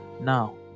now